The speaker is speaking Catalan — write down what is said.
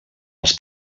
els